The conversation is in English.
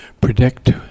predict